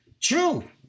True